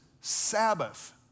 Sabbath